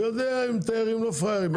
הוא יודע, תיירים הם לא פראיירים.